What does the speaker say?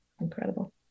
Incredible